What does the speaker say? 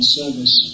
service